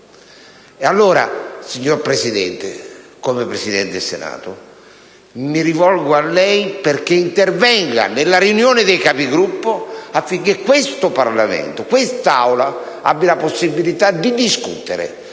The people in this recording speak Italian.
E allora, signor Presidente, come Presidente del Senato, mi rivolgo a lei perche´ intervenga nella riunione dei Capigruppo affinche´ questo Parlamento e quest’Aula abbia la possibilita` di discutere